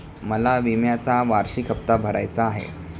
मला विम्याचा वार्षिक हप्ता भरायचा आहे